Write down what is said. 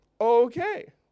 Okay